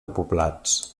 poblats